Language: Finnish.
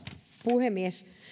puhemies